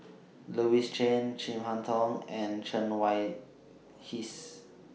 Louis Chen Chin Harn Tong and Chen Wen Hsi